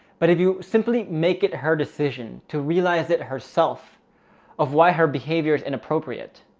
but if you simply make it her decision to realize it herself of why her behavior is inappropriate,